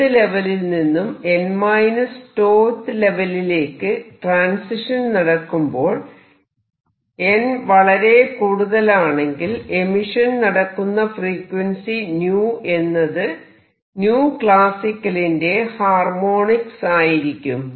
nth ലെവലിൽ നിന്നും n τth ലെവലിലേക്ക് ട്രാൻസിഷൻ നടക്കുമ്പോൾ n വളരെ കൂടുതലാണെങ്കിൽ എമിഷൻ നടക്കുന്ന ഫ്രീക്വൻസി 𝞶 എന്നത് classical ലിന്റെ ഹാർമോണിക്സ് ആയിരിക്കും